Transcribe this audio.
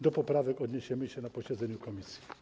Do poprawek odniesiemy się na posiedzeniu komisji.